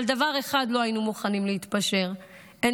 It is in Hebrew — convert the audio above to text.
אבל על דבר אחד לא היינו מוכנים להתפשר: אין